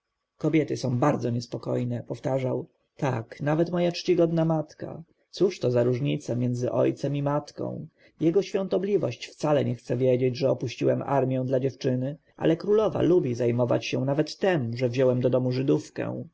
kobiety są bardzo niespokojne powtarzał tak nawet moja czcigodna matka cóż to za różnica pomiędzy ojcem i matką jego świątobliwość wcale nie chce wiedzieć że opuściłem armję dla dziewczyny ale królowa lubi zajmować się nawet tem że wziąłem do domu żydówkę